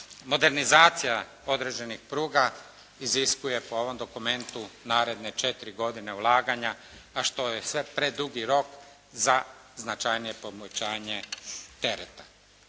modernizacija određenih pruga iziskuje po ovom dokumentu naredne četiri godine ulaganja a što je sve predugi rok za značajnije povećanje tereta.